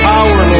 Power